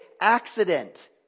accident